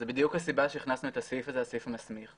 זאת בדיוק הסיבה שהכנסנו את זה כסעיף מסמיך.